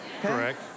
Correct